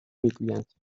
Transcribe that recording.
میگویند